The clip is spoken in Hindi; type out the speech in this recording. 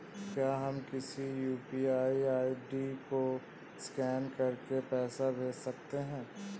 क्या हम किसी यू.पी.आई आई.डी को स्कैन करके पैसे भेज सकते हैं?